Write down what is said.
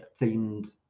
themed